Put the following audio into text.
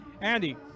Andy